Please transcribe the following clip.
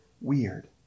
weird